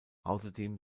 außerdem